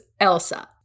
Elsa